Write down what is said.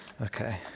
okay